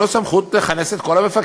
אין לו סמכות לכנס את כל המפקחים,